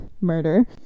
murder